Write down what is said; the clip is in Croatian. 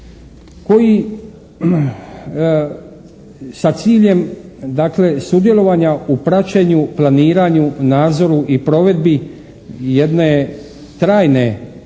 koji sa ciljem sudjelovanja u praćenju, planiranju, nadzoru i provedbi jedne trajne